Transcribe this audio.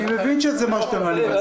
אני מבין שזה מה שאתה אמרת.